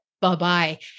Bye-bye